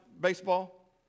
baseball